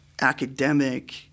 academic